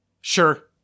Sure